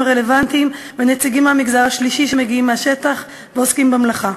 הרלוונטיים ונציגים מהמגזר השלישי שמגיעים מהשטח ועוסקים במלאכה.